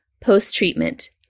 post-treatment